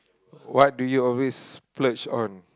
what do you always splurge on